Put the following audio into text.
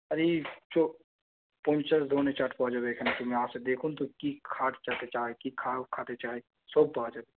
আরেই তো পঞ্চাশ ধরনের চাট পাওয়া যাবে এখানে তুমি আসো দেখুন তো কি চায় সব পাওয়া যাবে